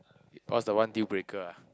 what's the one deal breaker ah